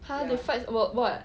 !huh! they fight about what